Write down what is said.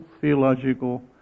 theological